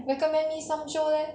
recommend me some show leh